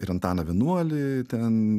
ir antaną vienuolį ten